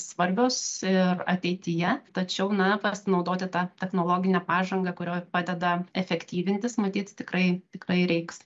svarbios ir ateityje tačiau na pasinaudoti ta technologine pažanga kurioj padeda efektyvintis matyt tikrai tikrai reiks